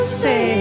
say